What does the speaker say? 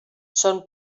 son